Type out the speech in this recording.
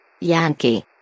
Yankee